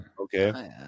Okay